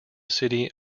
city